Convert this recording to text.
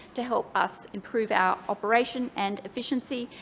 to help us improve our operation and efficiency.